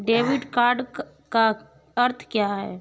Debit का अर्थ क्या है?